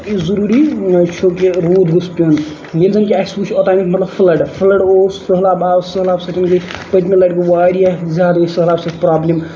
یہِ ضروٗرۍ چھُ کہِ روٗد گوٚژھ پیوٚن ییٚلہِ زَن کہِ اَسہِ وُچھ اوتانَتھ مطلب کہِ فٔلَڈ فٔلڈ اوس سہلاب آو سَہلاب سۭتۍ گے پٔتمہِ لَٹہِ واریاہ زیادٕ گے سَہلاب سۭتۍ پروبلِم